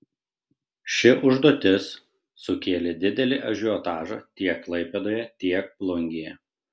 ši užduotis sukėlė didelį ažiotažą tiek klaipėdoje tiek plungėje